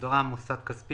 בהגדרה "מוסד כספי",